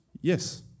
Yes